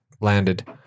landed